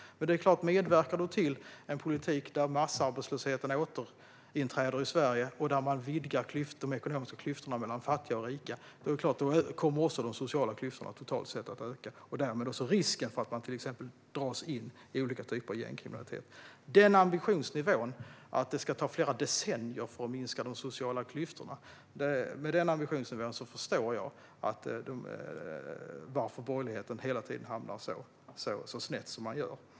Om man medverkar till en politik där massarbetslösheten återinträder i Sverige och där man vidgar de ekonomiska klyftorna mellan fattiga och rika kommer såklart också de sociala klyftorna totalt sett att öka, och därmed risken för att man till exempel dras in i olika typer av gängkriminalitet. Om man har ambitionsnivån att det ska ta flera decennier att minska de sociala klyftorna förstår jag varför borgerligheten hela tiden hamnar så snett som man gör.